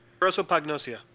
Prosopagnosia